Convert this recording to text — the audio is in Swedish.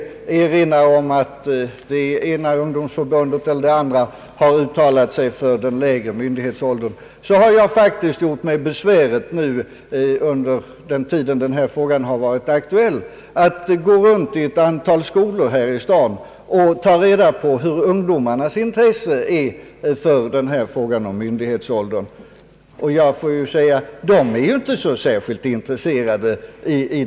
Han erinrade om att bl.a. några politiska ungdomsförbund uttalat sig för den lägre myndighetsåldern, men jag har gjort mig besväret under den tid denna fråga varit aktuell att gå runt i några skolor här i staden för att ta reda på vilket intresse ungdomarna har för denna myndighetsålder. Ungdomarna är faktiskt inte särskilt intresserade.